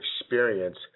experience